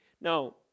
Now